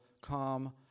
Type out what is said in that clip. calm